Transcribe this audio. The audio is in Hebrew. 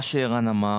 מה שערן אמר